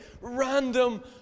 random